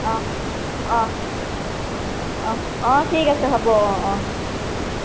অ' অ' অ' অ' ঠিক আছে হ'ব অঁ অঁ